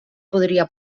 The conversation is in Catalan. podria